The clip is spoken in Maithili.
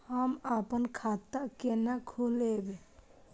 हम आपन खाता केना खोलेबे?